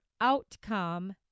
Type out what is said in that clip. outcome